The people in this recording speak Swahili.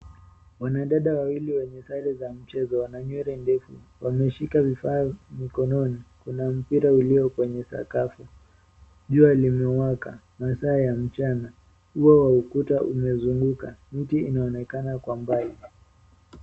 Wanadada wawili wenye sare za michezo, wana nywele ndefu. Wameshika vifaa mikononi. Kuna mpira ulio kwenye sakafu. Jua limewaka, masaa ya mchana. Ua wa ukuta umezunguka. Miti inaonekana kwa mbali.